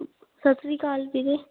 ਸਤਿ ਸ਼੍ਰੀ ਅਕਾਲ ਵੀਰੇ